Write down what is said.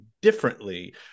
differently